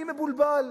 אני מבולבל.